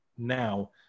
Now